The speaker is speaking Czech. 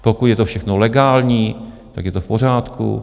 Pokud je to všechno legální, tak je to v pořádku.